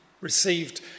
received